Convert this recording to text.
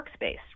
workspace